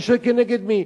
אני שואל: כנגד מי?